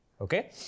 Okay